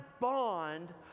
bond